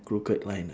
crooked line ah